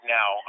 now